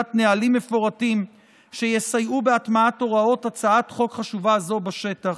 קביעת נהלים מפורטים שיסייעו בהטמעת הוראות הצעת חוק חשובה זו בשטח.